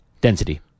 Density